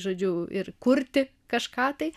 žodžiu ir kurti kažką tai